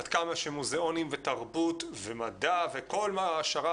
עד כמה שמוזיאונים ותרבות ומדע וכל ההעשרה